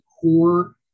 core